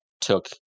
took